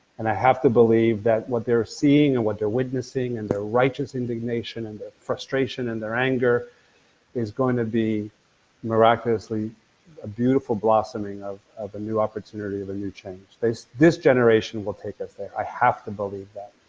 and i have to believe that what they're seeing and what they're witnessing and their righteous indignation and their ah frustration and their anger is going to be miraculously a beautiful blossoming of of a new opportunity, of a new change. this this generation will take us there, i have to believe that.